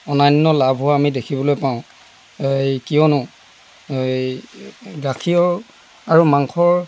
অনান্য লাভো আমি দেখিবলৈ পাওঁ এই কিয়নো এই গাখীৰৰ আৰু মাংসৰ